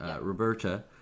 Roberta